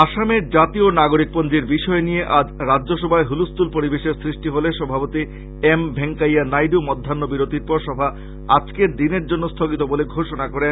আসামের জাতীয় নাগরিক পঞ্জীর বিষয় নিয়ে আজ রাজ্যসভায় হুলুস্থল পরিবেশের সৃষ্টি হলে সভাপতি এম ভেস্কাইয়া নাইড় মধ্যাহ্ন বিরতির পর সভা আজকের দিনটির জন্য স্থগিত বলে ঘোষণা করেন